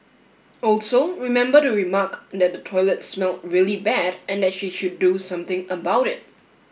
also remember to remark that the toilet smelled really bad and that she should do something about it